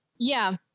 yeah.